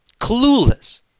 Clueless